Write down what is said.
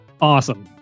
Awesome